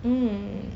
mm